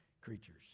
creatures